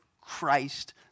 Christ